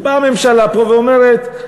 ובאה הממשלה פה ואומרת: